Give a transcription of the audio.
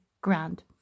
grand